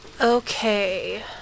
Okay